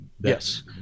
yes